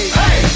hey